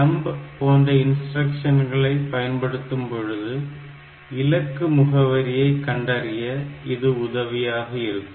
Jump போன்ற இன்ஸ்டிரக்ஷன்களை பயன்படுத்தும் பொழுது இலக்கு முகவரியை கண்டறிய இது உதவியாக இருக்கும்